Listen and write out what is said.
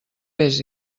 vés